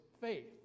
faith